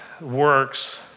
works